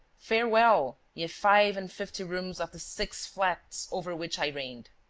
farewell, ye five-and-fifty rooms of the six flats over which i reigned!